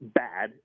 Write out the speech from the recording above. bad